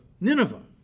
Nineveh